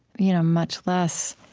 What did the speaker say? you know much less,